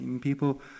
people